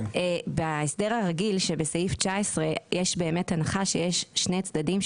בהסדר הרגיל שבסעיף 19 יש באמת הנחה שיש שני צדדים,